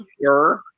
sure